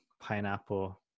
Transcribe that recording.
Pineapple